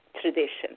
tradition